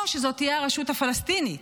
או שזו תהיה הרשות הפלסטינית.